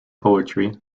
poetry